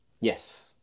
Yes